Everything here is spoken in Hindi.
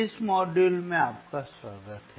इस मॉड्यूल में आपका स्वागत है